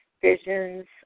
visions